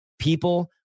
people